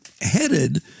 headed